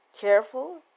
careful